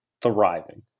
thriving